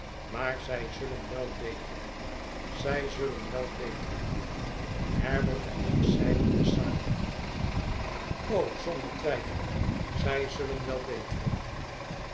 maar zij zullen wel beteren zij zullen wel beteren herbert en ik zeiden te zamen zonder twijfel zij zullen wel beteren